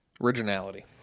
Originality